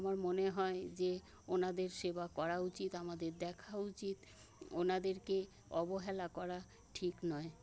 আমার মনে হয় যে ওঁদের সেবা করা উচিত আমাদের দেখা উচিত ওঁদেরকে অবহেলা করা ঠিক নয়